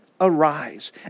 Arise